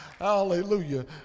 Hallelujah